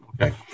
Okay